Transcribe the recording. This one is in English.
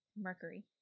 mercury